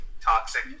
toxic